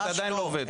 וזה עדיין לא עובד.